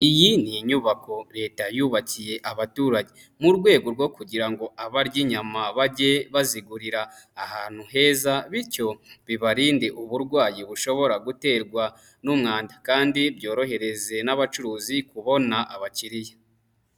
Iyi ni inyubako leta yubakiye abaturage, murwego rwo kugira ngo abarya inyama, bajye bazigurira ahantu heza, bityo bibarinde uburwayi bushobora guterwa n'umwanda, kandi byorohereze n'abacuruzi kubona abakiriya.